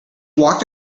walked